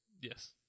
Yes